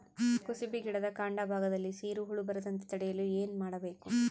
ಕುಸುಬಿ ಗಿಡದ ಕಾಂಡ ಭಾಗದಲ್ಲಿ ಸೀರು ಹುಳು ಬರದಂತೆ ತಡೆಯಲು ಏನ್ ಮಾಡಬೇಕು?